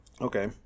Okay